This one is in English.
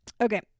okay